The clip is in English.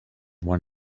one